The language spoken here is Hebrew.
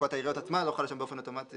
כשפקודת העיריות עצמה לא חלה שם באופן אוטומטי,